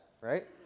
right